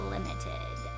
Limited